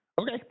Okay